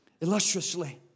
illustriously